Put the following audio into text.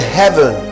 heaven